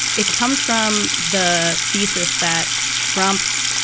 it comes from the thesis that trump's,